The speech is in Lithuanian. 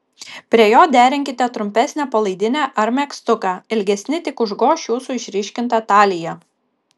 prie jo derinkite trumpesnę palaidinę ar megztuką ilgesni tik užgoš jūsų išryškintą taliją